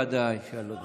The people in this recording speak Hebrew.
בוודאי שאני לא דואג.